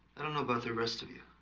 i don't know about the rest of you,